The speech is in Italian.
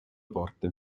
porte